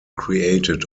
created